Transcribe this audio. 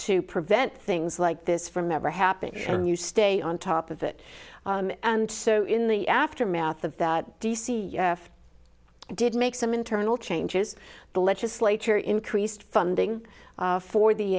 to prevent things like this from ever happening and you stay on top of it and so in the aftermath of that d c you did make some internal changes the legislature increased funding for the